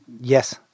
Yes